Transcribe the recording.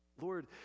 Lord